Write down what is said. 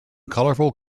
colorful